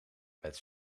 met